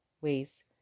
ways